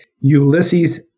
Ulysses